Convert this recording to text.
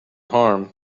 harm